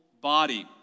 body